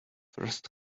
first